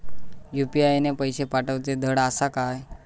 UPI ने पैशे पाठवूचे धड आसा काय?